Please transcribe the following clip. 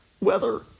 weather